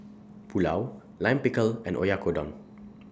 Pulao Lime Pickle and Oyakodon